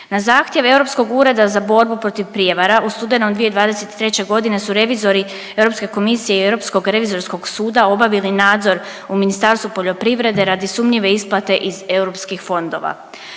Na zahtjev Europskog ureda za borbu protiv prijevara u studenom 2023.g. su revizori Europske komisije i Europskog revizorskog suda obavili nadzor u Ministarstvu poljoprivrede radi sumnjive isplate iz europskih fondova.